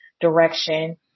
direction